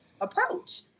approach